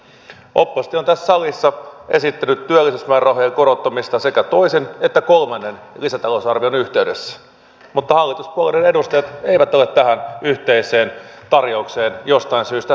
oppositio on tässä salissa esittänyt työllisyysmäärärahojen korottamista sekä toisen että kolmannen lisätalousarvion yhteydessä mutta hallituspuolueiden edustajat eivät ole tähän yhteiseen tarjoukseen jostain syystä tarttuneet